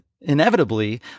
inevitably